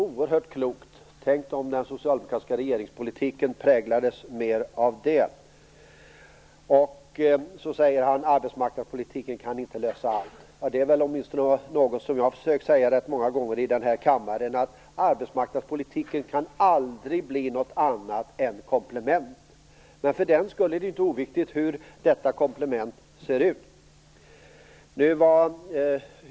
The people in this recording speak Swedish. Oerhört klokt tänkt - om ändå den socialdemokratiska regeringspolitiken präglades mer av det! Han sade också att arbetsmarknadspolitiken inte kan lösa allt. Det är något som jag har försökt säga rätt många gånger i den här kammaren. Arbetsmarknadspolitiken kan aldrig bli något annat än ett komplement, men för den skull är det ju inte oviktigt hur detta komplement ser ut.